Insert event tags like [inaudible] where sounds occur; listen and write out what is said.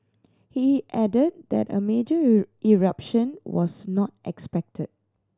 he added that a major [unintelligible] eruption was not expected